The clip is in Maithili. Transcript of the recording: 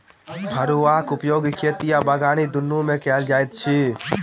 फड़ुआक उपयोग खेती आ बागबानी दुनू मे कयल जाइत अछि